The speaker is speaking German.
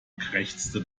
krächzte